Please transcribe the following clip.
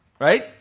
Right